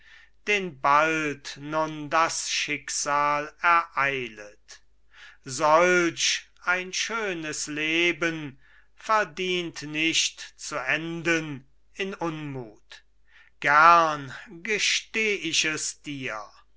den bald nun das schicksal ereilet solch ein schönes leben verdient nicht zu enden in unmut gern gesteh ich es dir